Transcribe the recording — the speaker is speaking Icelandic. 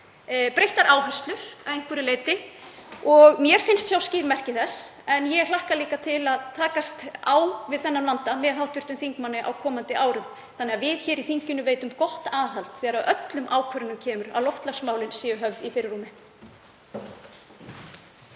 breyttar áherslur að einhverju leyti, og mér finnst sjást skýr merki þess. En ég hlakka til að takast á við þennan vanda með hv. þingmanni á komandi árum þannig að við í þinginu veitum gott aðhald og þegar að öllum ákvörðunum kemur séu loftslagsmálin höfð í fyrirrúmi.